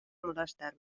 molestar